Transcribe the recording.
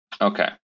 Okay